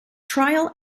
trial